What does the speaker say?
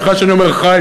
סליחה שאני אומר ח"י,